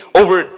over